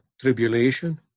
tribulation